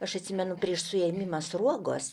aš atsimenu prieš suėmimą sruogos